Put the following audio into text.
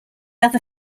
other